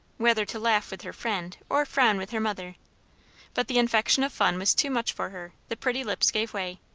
whether to laugh with her friend or frown with her mother but the infection of fun was too much for her the pretty lips gave way.